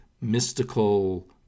mystical